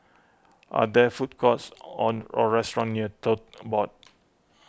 are there food courts on or restaurants near Tote Board